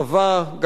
גם של המעסיקים,